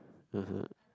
(uh huh)